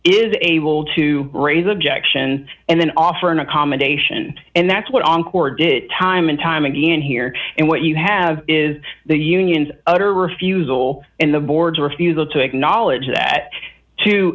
is able to raise objection and then offer an accommodation it that's what oncor did time and time again here and what you have is the union's utter refusal and the board's refusal to acknowledge that to